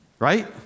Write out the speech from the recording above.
Right